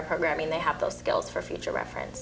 our program and they have those skills for future reference